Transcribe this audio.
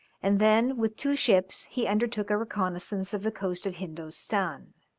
and then with two ships he undertook a reconnaissance of the coast of hindostan.